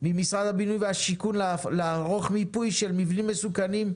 ממשרד הבינוי והשיכון לערוך מיפוי של מבנים מסוכנים,